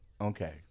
Okay